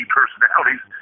personalities